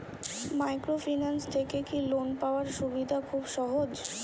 Microfinance থেকে কি loan পাওয়ার সুবিধা খুব সহজ?